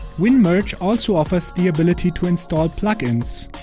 winmerge also offers the ability to install plugins.